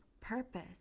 purpose